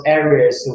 areas